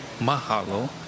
mahalo